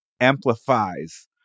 amplifies